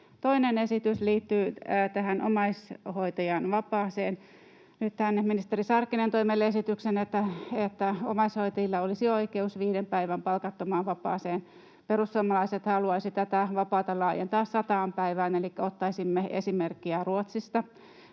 Toinen esitys liittyy tähän omaishoitajan vapaaseen. Nythän ministeri Sarkkinen toi meille esityksen, että omaishoitajilla olisi oikeus viiden päivän palkattomaan vapaaseen. Perussuomalaiset haluaisivat tätä vapaata laajentaa 100 päivään, elikkä ottaisimme esimerkkiä Ruotsista,